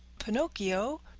pinocchio!